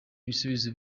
ibisubizo